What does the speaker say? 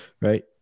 right